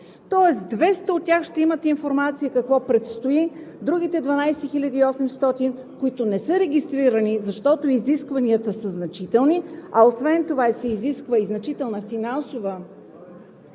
Тоест 200 от тях ще имат информация какво предстои, другите 12 800, които не са регистрирани, защото изискванията са значителни, а освен това се изисква и значителна финансова